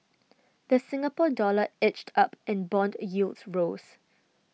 the Singapore Dollar edged up and bond yields rose